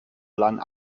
lang